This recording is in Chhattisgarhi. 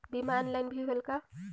बीमा ऑनलाइन भी होयल का?